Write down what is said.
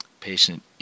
Patient